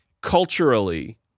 culturally